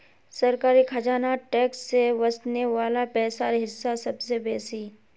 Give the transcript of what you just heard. सरकारी खजानात टैक्स से वस्ने वला पैसार हिस्सा सबसे बेसि